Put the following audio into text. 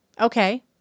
Okay